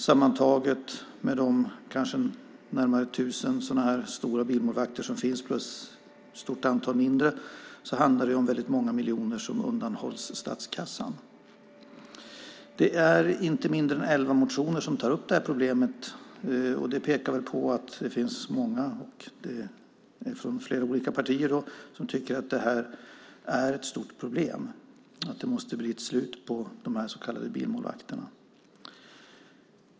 Sammantaget, med de kanske närmare tusen stora bilmålvakter som finns och dessutom ett stort antal mindre, handlar det om väldigt många miljoner som undanhålls statskassan. Det är inte mindre än 11 motioner som tar upp det här problemet. Det pekar på att det finns många från flera olika partier som tycker att det här är ett stort problem och att det måste bli ett slut på användandet av de så kallade bilmålvakterna.